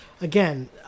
again